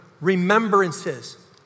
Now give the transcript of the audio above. remembrances